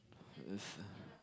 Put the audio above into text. it's uh